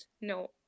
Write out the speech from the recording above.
No